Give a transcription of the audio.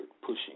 pushing